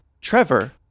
Trevor